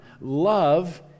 Love